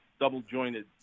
double-jointed